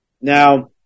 Now